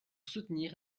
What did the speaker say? soutenir